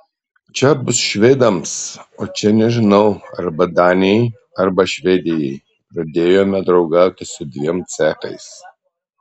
čia bus švedams o čia nežinau arba danijai arba švedijai pradėjome draugauti su dviem cechais